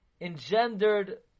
engendered